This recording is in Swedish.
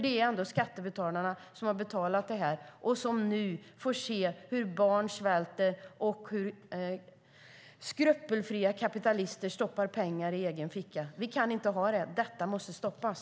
Det är ändå skattebetalarna som har betalat för detta och som nu får se hur barn svälter och hur skrupelfria kapitalister stoppar pengar i egen ficka. Så kan vi inte ha det. Det måste stoppas.